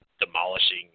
demolishing